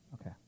Okay